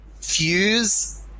fuse